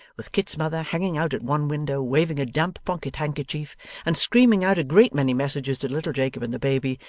with kit's mother hanging out at one window waving a damp pocket-handkerchief and screaming out a great many messages to little jacob and the baby,